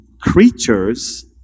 creatures